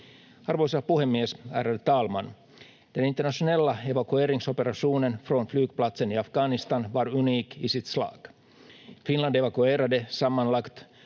Arvoisa puhemies, ärade talman! Den internationella evakueringsoperationen från flygplatsen i Afghanistan var unik i sitt slag. Finland evakuerade sammanlagt